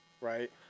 right